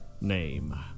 name